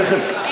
כנראה,